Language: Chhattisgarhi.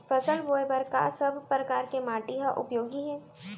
फसल बोए बर का सब परकार के माटी हा उपयोगी हे?